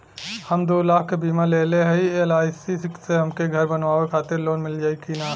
हम दूलाख क बीमा लेले हई एल.आई.सी से हमके घर बनवावे खातिर लोन मिल जाई कि ना?